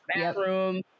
bathroom